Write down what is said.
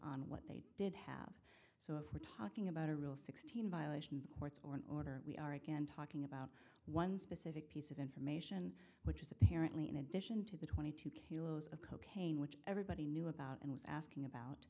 on what they did have so if we're talking about a real sixteen violation the court's or an order we are again talking about one specific piece of information which is apparently in addition to the twenty two kalos of cocaine which everybody knew about and was asking about